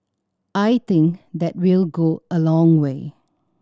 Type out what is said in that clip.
I think that will go a long way